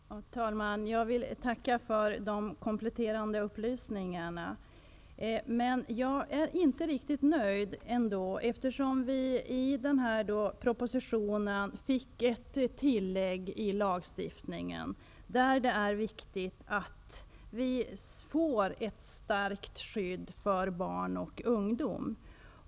Herr talman! Jag till tacka för de kompletterande upplysningarna, men jag är ändå inte riktigt nöjd. Vi fick genom propositionen ett tillägg i lagstiftningen om att det är viktigt att vi får ett starkt skydd för barn och ungdom.